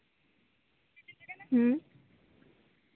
ᱦᱩᱸ